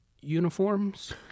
uniforms